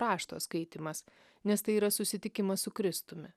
rašto skaitymas nes tai yra susitikimas su kristumi